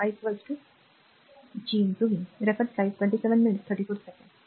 तर या प्रकरणात फक्त थांबा या प्रकरणात r i हे विचार मला माहित आहे i Gv बरोबर i G v